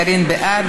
קארין בעד.